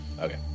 Okay